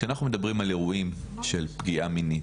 כשאנחנו מדברים על אירועים של פגיעה מינית,